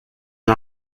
and